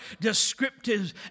descriptive